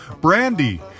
Brandy